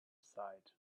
side